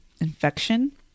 infection